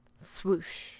Swoosh